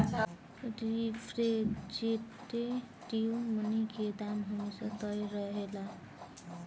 representative money के दाम हमेशा तय रहेला